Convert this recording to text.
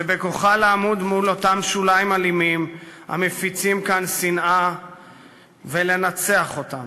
שבכוחה לעמוד מול אותם שוליים אלימים המפיצים כאן שנאה ולנצח אותם.